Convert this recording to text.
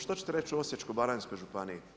Što ćete reći u Osječko-baranjskoj županiji?